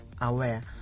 aware